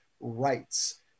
rights